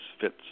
fits